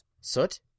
Soot